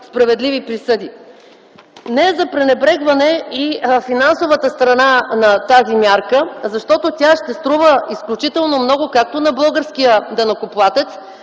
справедливи присъди. Не е за пренебрегване и финансовата страна на тази мярка, защото тя ще струва изключително много както на българския данъкоплатец,